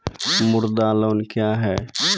मुद्रा लोन क्या हैं?